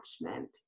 attachment